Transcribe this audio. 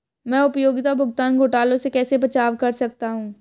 मैं उपयोगिता भुगतान घोटालों से कैसे बचाव कर सकता हूँ?